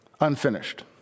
Unfinished